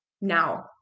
now